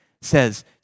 says